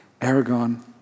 Aragon